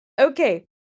Okay